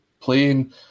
playing